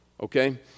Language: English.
Okay